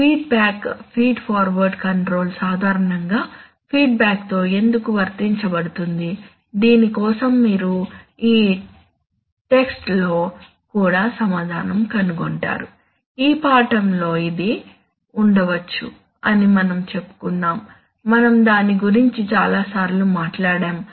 feedback feed forward control సాధారణంగా ఫీడ్బ్యాక్తో ఎందుకు వర్తించబడుతుంది దీని కోసం మీరు ఈ టెక్స్ట్లో కూడా సమాధానం కనుగొంటారు ఈ పాఠంలో ఇది ఉండవచ్చు అని మనం చెప్పుకున్నాము మనం దాని గురించి చాలాసార్లు మాట్లాడాము